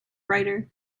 writer